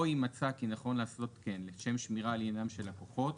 או אם מצא כי נכון לעשות כן לשם שמירה על עניינם של לקוחות",